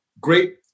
great